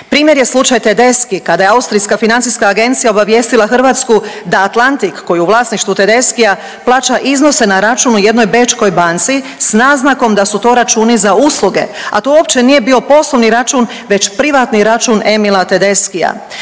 Primjer je slučaj Tedeschi kada je austrijska Financijska agencija obavijestila Hrvatsku da Atlantic koji je u vlasništvu Tedeschija plaća iznose na račun u jednoj bečkoj banci s naznakom da su to računi za usluge, a to uopće nije bio poslovni račun već privatni račun Emila Tedeschija.